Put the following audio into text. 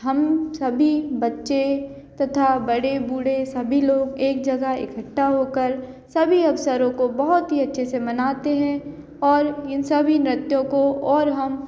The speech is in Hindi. हम सभी बच्चे तथा बड़े बूढ़े सभी लोग एक जगह इकट्ठा होकर सभी अवसरों को बहुत ही अच्छे से मनाते हैं और इन सभी नृत्यों को और हम